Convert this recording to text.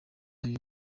y’uyu